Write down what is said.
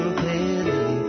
clearly